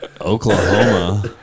Oklahoma